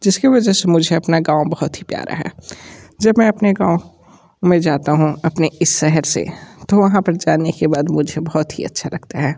जिसकी वजह से मुझे अपना गाँव बहुत ही प्यारा है जब मैं अपने गाँव में जाता हूँ अपने इस शहर से तो वहाँ पर जाने के बाद मुझे बहुत ही अच्छा लगता है